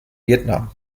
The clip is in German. vietnam